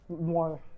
more